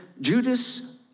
Judas